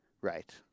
Right